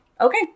Okay